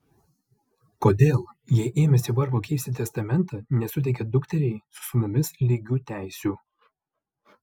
kodėl jei ėmėsi vargo keisti testamentą nesuteikė dukteriai su sūnumis lygių teisių